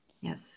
Yes